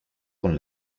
con